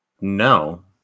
No